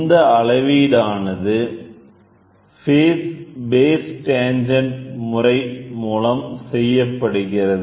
இந்த அளவீடு ஆனது பேஸ் டேன்ஜன்ட் முறை மூலம் செய்யப்படுகிறது